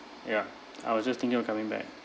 ya I was just thinking of coming back